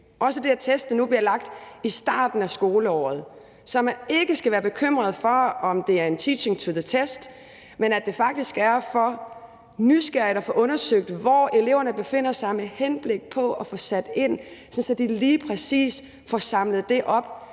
også sådan, at testene nu bliver lagt i starten af skoleåret, så man ikke skal være bekymret for, om det er teaching to the test, men at det er for nysgerrigt at få undersøgt, hvor eleverne befinder sig, med henblik på at få sat ind, sådan at de lige præcis får samlet det op,